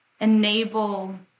enable